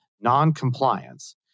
Noncompliance